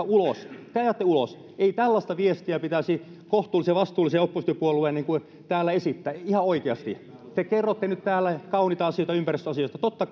ulos te ajatte ulos ei tällaista viestiä pitäisi kohtuullisen ja vastuullisen oppositiopuolueen täällä esittää ihan oikeasti te kerrotte nyt täällä kauniita asioita ympäristöasioista totta